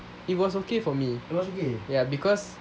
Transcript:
it was okay for me because ya because